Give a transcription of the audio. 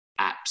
apps